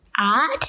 art